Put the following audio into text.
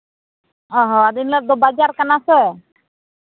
ᱚ ᱦᱚᱸ ᱮᱱᱦᱤᱞᱳᱜ ᱫᱚ ᱵᱟᱡᱟᱨ ᱠᱟᱱᱟ ᱥᱮ